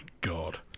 God